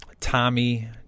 Tommy